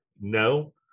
No